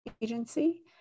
Agency